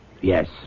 Yes